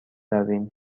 رویم